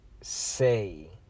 Say